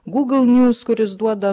google news kuris duoda